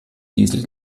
diesel